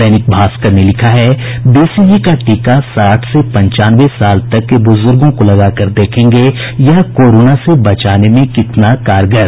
दैनिक भास्कर ने लिखा है बीसीजी का टीका साठ से पंचानवे साल तक के बुजुर्गों को लगाकर देखेंगे यह कोरोना से बचाने में कितना कारगर